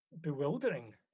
bewildering